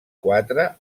quatre